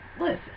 listen